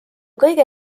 kõige